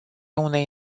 unei